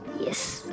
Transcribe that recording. Yes